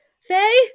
Faye